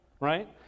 right